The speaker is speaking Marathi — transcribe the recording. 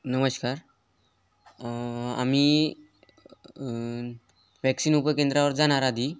नमस्कार आम्ही वॅक्सिन उपकेंद्रावर जाणार आधी